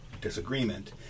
disagreement